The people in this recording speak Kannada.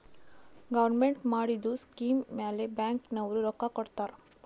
ಗೌರ್ಮೆಂಟ್ ಮಾಡಿದು ಸ್ಕೀಮ್ ಮ್ಯಾಲ ಬ್ಯಾಂಕ್ ನವ್ರು ರೊಕ್ಕಾ ಕೊಡ್ತಾರ್